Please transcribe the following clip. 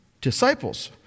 disciples